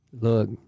Look